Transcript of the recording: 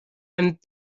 and